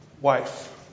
wife